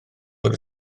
fod